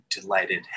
delighted